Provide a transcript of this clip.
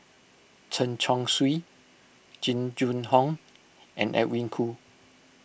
Chen Chong Swee Jing Jun Hong and Edwin Koo